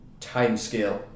timescale